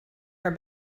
her